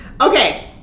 Okay